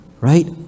Right